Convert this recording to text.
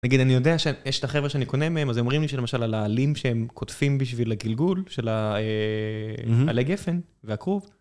נגיד, אני יודע שיש את החבר'ה שאני קונה מהם, אז אומרים לי שלמשל על העלים שהם קוטפים בשביל הגלגול, של העלי גפן והכרוב